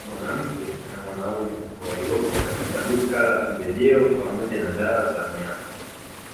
Mwanamke na mwanaume waliopo katika duka la pembejeo pamoja na dawa za wanyama,